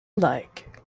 like